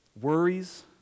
Worries